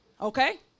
Okay